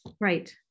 Right